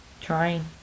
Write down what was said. trying